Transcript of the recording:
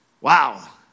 Wow